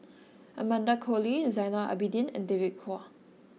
Amanda Koe Lee Zainal Abidin and David Kwo